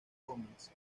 cómics